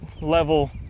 level